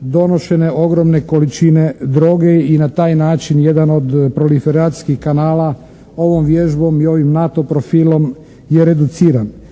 donošene ogromne količine droge i na taj način jedan od proliferacijskih kanala ovom vježbom i ovim NATO profilom je reduciran.